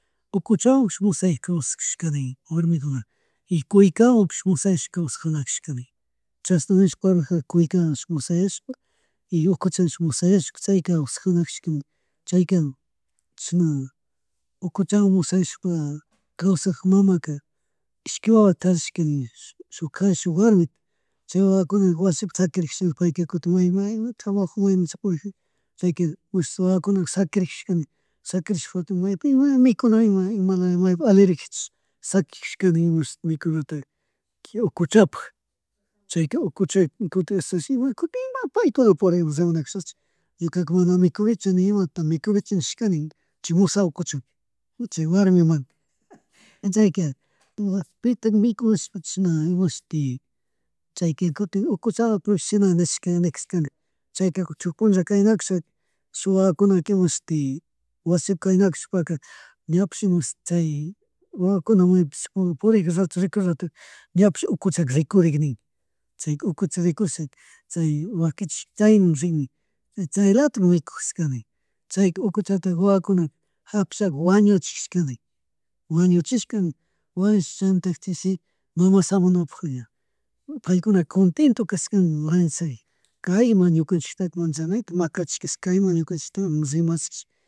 Ukuchawan shunk mosayak kawsay kawsakashka nin warmikuna y kuykawan mushayashkawan kawsajunakashkani chayna nishpa parlajar. Kuykash mosayashpa y ukucha nish mosayashka chay kawsajunakashka chay kan chishna ukuchawan mosayashpa kawasak mamaka ishki wawata charishka nin shuk kari shuk warmita chay wawakuna wasipi shakirijashi payka kutin ima, ima trabajumu maymunsha purijarka chayka wawakuna shakijashikani, shakishpa kutin ima mikuna, nima ima laya aleri kajichu shakijashka nin imashuti mikunata ukuchapuk, chayka ukucha kutin ashashi ima paykuna purimun rimanakushashi ñuka mana mikunichu nimata mana mikunichu nishkani chay mosan ukucha, chay warmiman chayka pitak mikun nishpa chashna imashuti chayka kutin ukuchala shina nishka nikushkanga chayka shuk punlla kaynakushka shuwakuna imahsuti aki mashti wasipi kaynakushpaka ñapis chay wawakuna purikun ratu rikuy rato ñapish ukucha rikurick nin chay ukucha rikurishaka chay wakichish chaymun rin nin chaylatik mikujashanin chayka ukuchata wawakuna hapishaka wañuchijashkani, wañuchishka nin wañuchish chaymantaka chishi mama shamunapuk ña paykuna conteto cashkani wañushishaki kayma ñukanchiktaka manchañayta macachishka kashka ñukanchita rimachish